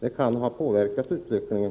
Detta kan ha påverkat utvecklingen.